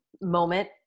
moment